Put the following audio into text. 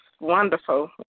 wonderful